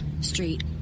street